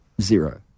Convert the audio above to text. zero